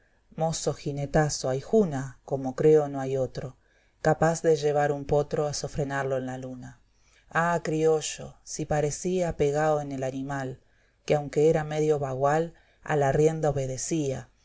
apelativo lagunamozo jinetazo ahíjuna como creo no hay otro capaz de llevar un potro a sofrenarlo en la luna ah criollo si parecía pegao en el animal que aunque era medio bagual a la rienda obedecía